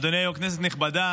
אדוני היו"ר, כנסת נכבדה,